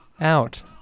out